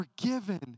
forgiven